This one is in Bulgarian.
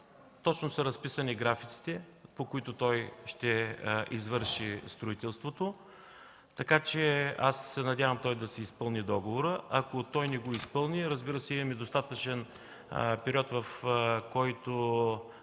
точно са разписани графиците, по които той ще извърши строителството. Аз се надявам да си изпълни договора – ако не го изпълни, имаме достатъчен период, в който